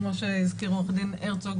כמו שהזכיר עורך דין הרצוג,